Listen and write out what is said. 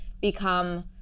become